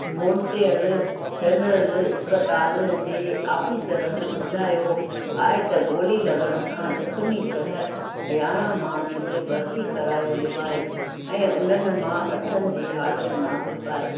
Montreal general अस्पताल जे आफ़ीसरनि ॿुधायो आहे त गोली लॻण सां ज़ख़्मी थियल यारहं माण्हुनि खे भर्ती करायो वियो आहे ऐं उन्हनि मां अठनि जी हालत नाज़ुकु आहे